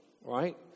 right